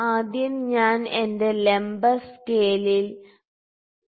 ആദ്യം ഞാൻ എന്റെ ലംബ സ്കെയിൽ 2